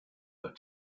but